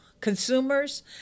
consumers